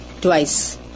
twice